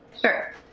Sure